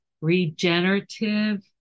regenerative